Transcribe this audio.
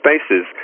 spaces